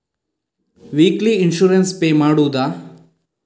Weekly insurance pay ಮಾಡುವುದ?